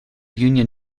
union